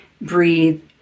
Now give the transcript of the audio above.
breathe